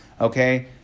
Okay